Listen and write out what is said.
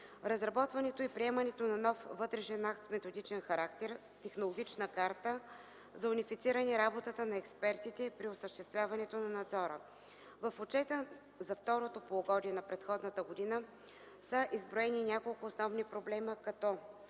разработването и приемането на нов вътрешен акт с методичен характер – „технологична карта” за унифициране на работата на експертите при осъществяването на надзора. В отчета за второто полугодие на предходната година са изброени няколко основни проблема като: